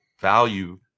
value